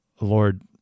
Lord